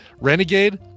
renegade